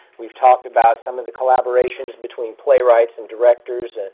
we've talked about some of the collaborations between playwrights and directors.